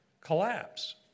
collapse